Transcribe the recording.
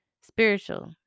Spiritual